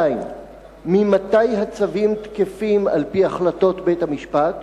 2. ממתי הצווים תקפים על-פי החלטות בית-המשפט?